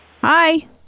Hi